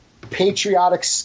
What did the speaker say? patriotic